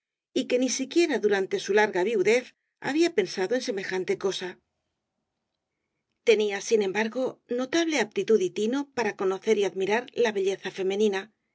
y que ni siquiera durante su larga viudez había pensado en semejante cosa tenía sin embargo notable aptitud y tino para conocer y admirar la belleza femenina